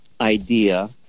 idea